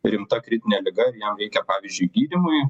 rimta kritinė liga jam reikia pavyzdžiui gydymui